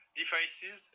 devices